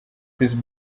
chris